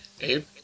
Abe